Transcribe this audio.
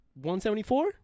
$174